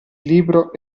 libro